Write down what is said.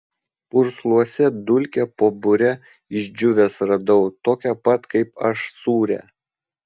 pursluose dulkę po bure išdžiūvęs radau tokią pat kaip aš sūrią